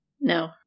No